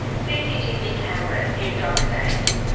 cctv cameras near drug safes.